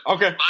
Okay